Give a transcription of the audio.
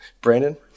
Brandon